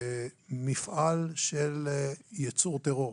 מפעל של ייצור טרור: